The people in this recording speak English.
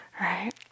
right